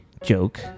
joke